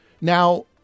Now